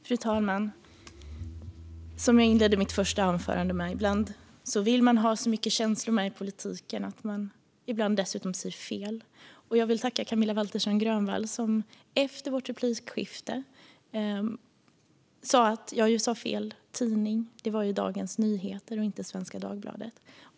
Fru talman! Som jag inledde mitt första anförande med: Ibland vill man ha så mycket känslor med i politiken att man kan säga fel. Jag vill tacka Camilla Waltersson Grönvall, som efter vårt replikskifte sa att jag ju sa fel tidning. Det var ju Dagens Nyheter och inte Svenska Dagbladet.